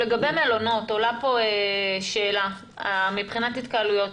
לגבי מלונות עולה פה שאלה, מבחינת התקהלויות.